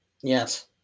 Yes